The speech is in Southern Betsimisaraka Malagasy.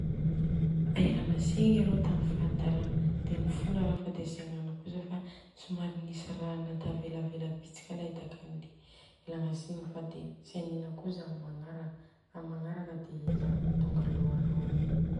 Elana tsigny arô tami'ny fahatarana. de mifona ara fa tsy agnano koza fa somary nisy ra natavelavela bitika alay de amin'ny magnaraka de hiezaka tonga aloaloa mi.